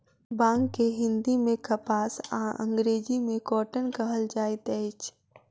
बांग के हिंदी मे कपास आ अंग्रेजी मे कौटन कहल जाइत अछि